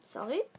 Sorry